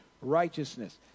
righteousness